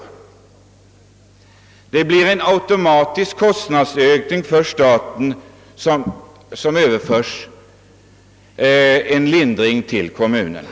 Det innebär alltså en automatisk kostnadsökning för staten och en motsvarande lindring för kommunerna.